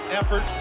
effort